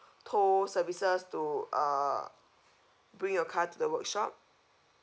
tow services to uh bring your car to the workshop